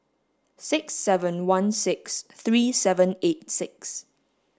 six seven one six three seven eight six